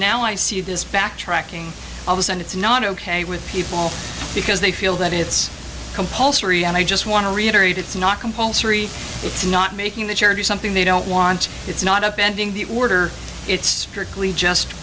now i see this backtracking i was and it's not ok with people because they feel that it's compulsory and i just want to reiterate it's not compulsory it's not making the church do something they don't want it's not up bending the order it's strictly just